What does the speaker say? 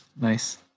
Nice